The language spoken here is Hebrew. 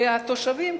והתושבים,